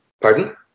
Pardon